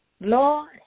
Lord